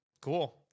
Cool